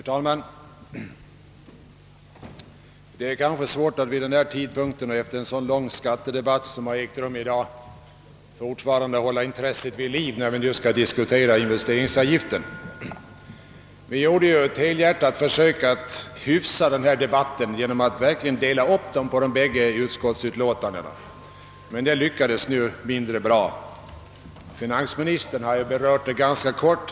Herr talman! Det är kanske svårt att vid denna tidpunkt och efter en så lång skattedebatt, som har ägt rum i dag, fortfarande hålla intresset vid liv, när vi nu skall diskutera investeringsavgiften. Vi gjorde ju ett helhjärtat försök att hyfsa denna debatt genom att verkligen dela upp den på de bägge utskottsutlåtandena, men det lyckades nu mindre bra. Finansministern har ju berört investeringsavgiften ganska kort.